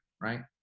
right